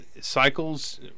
cycles